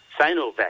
Sinovac